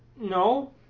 no